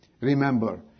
remember